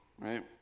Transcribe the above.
right